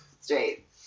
straight